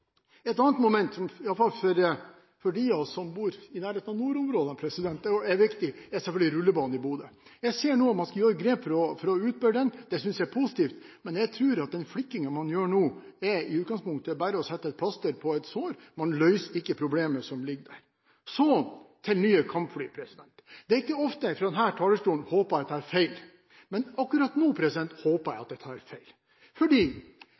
Et annet moment som er viktig – i alle fall for dem av oss som bor i nærheten av nordområdene – er rullebanen i Bodø. Jeg ser nå at man skal ta grep for å utbedre den. Det synes jeg er positivt, men jeg tror at den flikkingen man nå gjør, i utgangspunktet bare er å sette plaster på et sår. Man løser ikke problemene som ligger der. Så til nye kampfly: Det er ikke ofte jeg håper at jeg tar feil fra denne talerstolen. Men akkurat nå håper jeg at jeg tar feil,